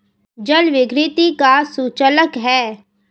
जल विद्युत का सुचालक है